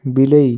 ବିଲେଇ